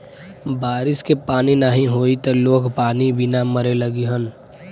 बारिश के पानी नाही होई त लोग पानी बिना मरे लगिहन